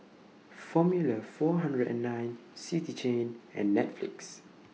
Formula four hundred and nine City Chain and Netflix